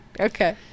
okay